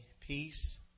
peace